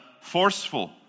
forceful